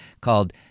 called